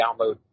download